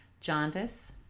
jaundice